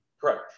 Correct